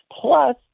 Plus